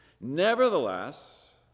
Nevertheless